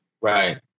Right